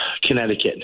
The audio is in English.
Connecticut